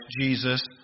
Jesus